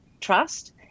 trust